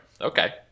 Okay